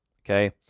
Okay